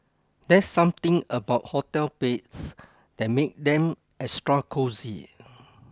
there's something about hotel beds that make them extra cosy